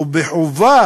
ובחובה